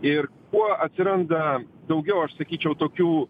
ir kuo atsiranda daugiau aš sakyčiau tokių